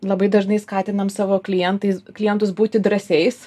labai dažnai skatinam savo klientais klientus būti drąsiais